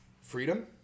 Freedom